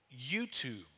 YouTube